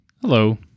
hello